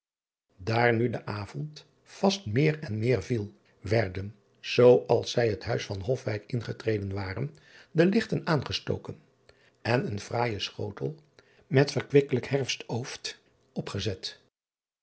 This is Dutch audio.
aar nu de avond vast meer en meer viel werden zoo als zij het uis van ofwijk ingetreden waren de lichten aangestoken en een fraaije schotel met verkwikkelijk herfstooft opgezet